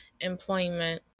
employment